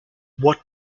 what